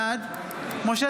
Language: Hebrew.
בעד משה